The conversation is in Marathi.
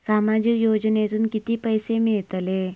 सामाजिक योजनेतून किती पैसे मिळतले?